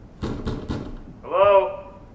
hello